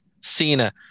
Cena